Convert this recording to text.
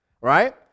right